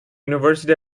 university